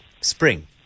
spring